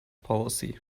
policy